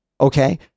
okay